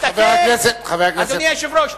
אדוני היושב-ראש,